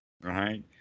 right